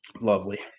Lovely